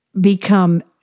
become